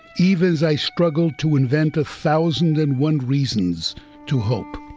even as i struggle to invent a thousand and one reasons to hope.